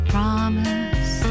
Promise